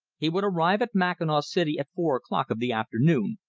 he would arrive at mackinaw city at four o'clock of the afternoon,